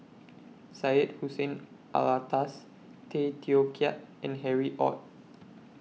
Syed Hussein Alatas Tay Teow Kiat and Harry ORD